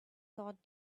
thought